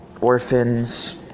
orphans